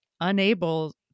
unable